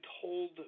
told